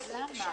למה?